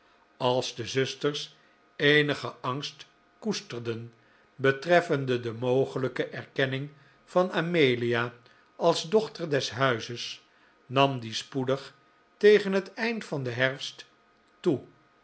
als de zusters eenigen angst koesterden betreffende de mogelijke erkenning van amelia als dochter des huizes nam die spoedig tegen het eind van den herfst toe